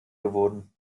geworden